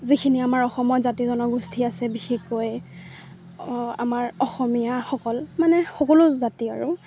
যিখিনি আমাৰ অসমৰ জাতি জনগোষ্ঠী আছে বিশেষকৈ আমাৰ অসমীয়াসকল মানে সকলো জাতি আৰু